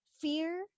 fear